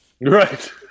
Right